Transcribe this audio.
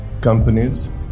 companies